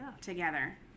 together